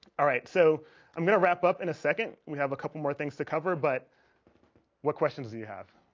all right, so i'm gonna wrap up in a second. we have a couple more things to cover but what questions do you have?